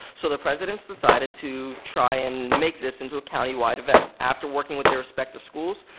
so the presidents decided to try and make this into a county wide event. after working with their respective schools,